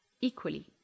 Equally